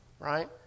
Right